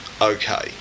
okay